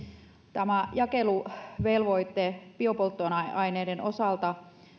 tämä jakeluvelvoite biopolttoaineiden osalta